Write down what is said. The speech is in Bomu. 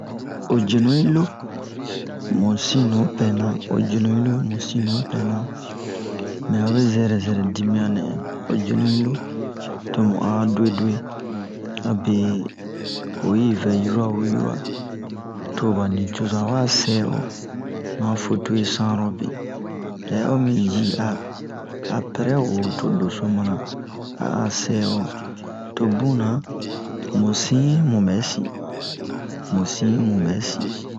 O jenu yi lo mu sin nupɛ na o jenu yi lo mu sin nupɛ na mɛ hobe zɛrɛ zɛrɛ dimiyan nɛ o jenu yi lo tomu a duwe-duwe abe oyi vɛ yoro wo yoro'a to ba nicoza wa sɛ o ma fotuwe sanobe yɛ omi ji a a pɛrɛ wo to doso a'a sɛwo to buna mu sin mubɛ sin mu sin mubɛ sin